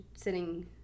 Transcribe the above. Sitting